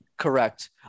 Correct